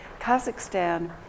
Kazakhstan